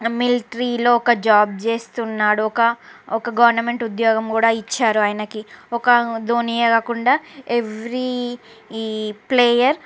మిలిటరీలో ఒక జాబ్ చేస్తున్నాడు ఒక ఒక గవర్నమెంట్ ఉద్యోగం కూడా ఇచ్చారు ఆయనకి ఒక ధోనియే కాకుండా ఎవ్రీ ఈ ప్లేయర్